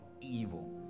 evil